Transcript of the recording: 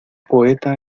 poeta